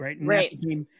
right